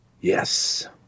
Yes